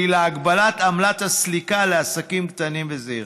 להגבלת עמלת הסליקה לעסקים קטנים וזעירים,